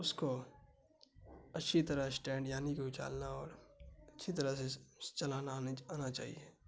اس کو اچھی طرح اسٹینڈ یعنی کہ اچھالنا اور اچھی طرح سے چلانا ہمیں آنے آنا چاہیے